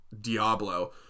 Diablo